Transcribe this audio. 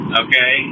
okay